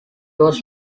was